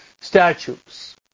statues